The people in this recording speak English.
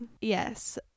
Yes